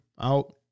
out